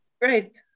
great